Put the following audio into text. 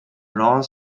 round